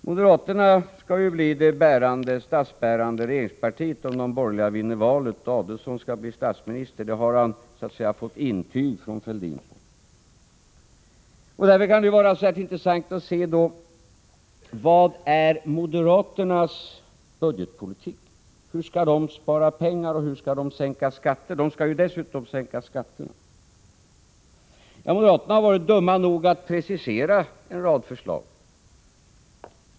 Moderaterna skall ju bli det statsbärande regeringspartiet, om de borgerliga vinner valet, och Adelsohn skall bli statsminister — det har han så att säga fått intyg från Fälldin på. Därför kan det vara intressant att se på vad som är moderaternas budgetpolitik. Hur skall de spara pengar och dessutom sänka skatterna? Ja, moderaterna har varit dumma nog att precisera en rad förslag.